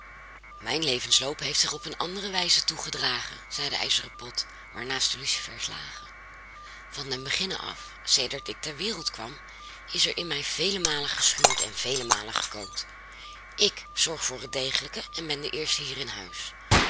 mijn levensloop heeft zich op een andere wijze toegedragen zei de ijzeren pot waarnaast de lucifers lagen van den beginne af sedert ik ter wereld kwam is er in mij vele malen geschuurd en vele malen gekookt ik zorg voor het degelijke en ben de eerste hier in huis